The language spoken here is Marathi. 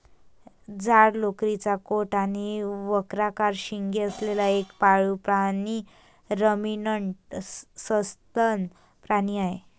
जाड लोकरीचा कोट आणि वक्राकार शिंगे असलेला एक पाळीव प्राणी रमिनंट सस्तन प्राणी आहे